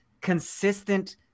consistent